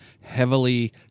heavily